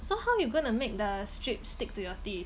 so how you gonna make the strip stick to your teeth